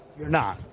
you're not?